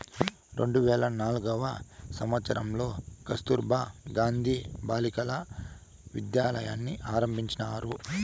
రెండు వేల నాల్గవ సంవచ్చరంలో కస్తుర్బా గాంధీ బాలికా విద్యాలయని ఆరంభించారు